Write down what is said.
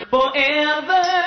Forever